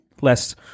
less